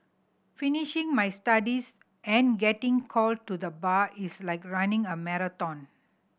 finishing my studies and getting called to the Bar is like running a marathon